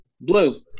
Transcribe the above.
blue